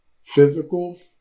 physical